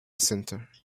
center